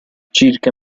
circa